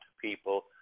people